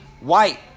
white